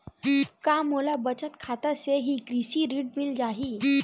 का मोला बचत खाता से ही कृषि ऋण मिल जाहि?